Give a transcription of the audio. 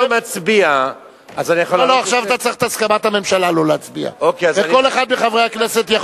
במסגרת הדיון הוצגה בפני המבקשים חלופה